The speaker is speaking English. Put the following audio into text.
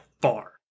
far